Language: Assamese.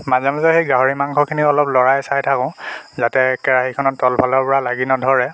মাজে মাজে সেই গাহৰি মাংসখিনি অলপ লৰাই চাই থাকো যাতে কেৰাহীখনত তলফালৰপৰা লাগি নধৰে